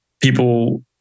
people